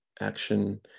action